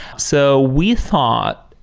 so we thought,